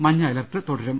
മഞ്ഞ അലർട്ട് തുടരും